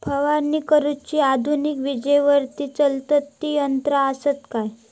फवारणी करुची आधुनिक विजेवरती चलतत ती यंत्रा आसत काय?